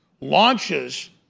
launches